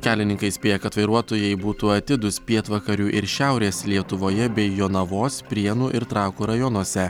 kelininkai įspėja kad vairuotojai būtų atidūs pietvakarių ir šiaurės lietuvoje bei jonavos prienų ir trakų rajonuose